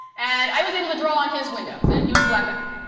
and i was able to draw on his windows, and he was glen beck.